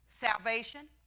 Salvation